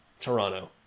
Toronto